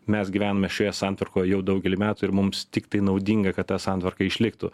mes gyvenome šioje santvarkoje jau daugelį metų ir mums tiktai naudinga kad ta santvarka išliktų